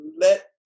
let